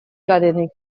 garenik